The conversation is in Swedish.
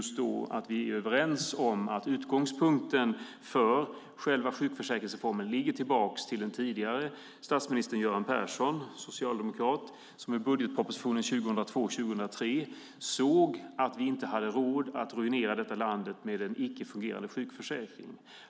Vi bör vara överens om att utgångspunkten för själva sjukförsäkringsreformen går tillbaka till den tidigare socialdemokratiske statsministern Göran Persson som i budgetpropositionen 2002/03 såg att vi inte hade råd att ruinera landet med en icke fungerande sjukförsäkring.